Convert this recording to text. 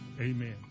Amen